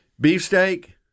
Beefsteak